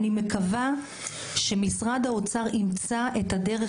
אני מקווה שמשרד האוצר ימצא את הדרך,